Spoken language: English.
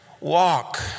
walk